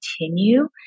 continue